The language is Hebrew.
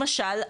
למשל,